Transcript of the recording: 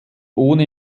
ohne